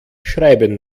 schreiben